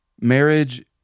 marriage